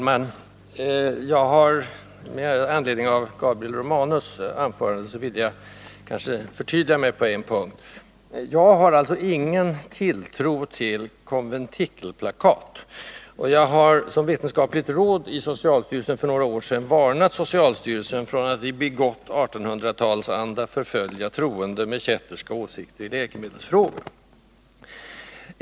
Herr talman! Med anledning av Gabriel Romanus anförande vill jag förtydliga mig på en punkt. Jag har ingen tilltro till konventikelplakat, och jag har som vetenskapligt råd i socialstyrelsen för några år sedan varnat socialstyrelsen för att i bigott 1800-talsanda förfölja troende med kätterska åsikter i läkemedelsfrågor.